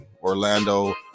Orlando